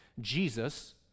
jesus